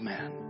Man